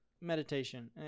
meditation